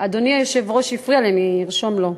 אדוני היושב-ראש הפריע לי, אני ארשום לו.